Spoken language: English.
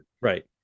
Right